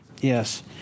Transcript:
Yes